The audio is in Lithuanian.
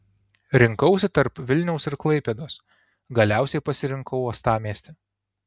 rinkausi tarp vilniaus ir klaipėdos galiausiai pasirinkau uostamiestį